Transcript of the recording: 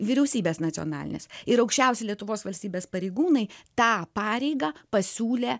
vyriausybės nacionalinės ir aukščiausi lietuvos valstybės pareigūnai tą pareigą pasiūlė